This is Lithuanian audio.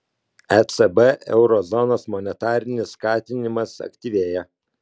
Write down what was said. ecb euro zonos monetarinis skatinimas aktyvėja